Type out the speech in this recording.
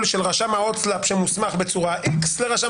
של רשם ההוצאה לפועל ההוצל"פ שמוסמך בצורה X לרשם